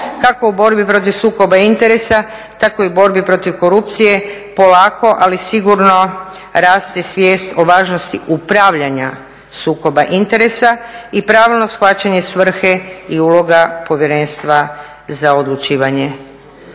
kako u borbi protiv sukoba interesa, tako i u borbi protiv korupcije polako, ali sigurno raste svijest o važnosti upravljanja sukoba interesa i pravilno shvaćanje svrhe i uloga Povjerenstva za odlučivanje